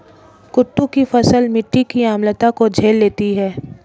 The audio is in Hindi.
कुट्टू की फसल मिट्टी की अम्लता को झेल लेती है